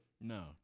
No